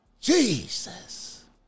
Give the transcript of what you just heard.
Jesus